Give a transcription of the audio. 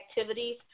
activities